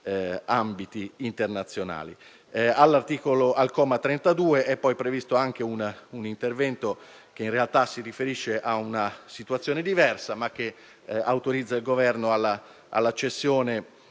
ambiti internazionali. Al comma 32 è previsto un intervento che in realtà si riferisce ad una situazione diversa, e che autorizza il Governo alla cessione